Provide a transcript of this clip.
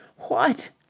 what,